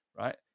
right